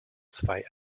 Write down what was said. zwei